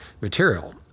material